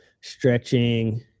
stretching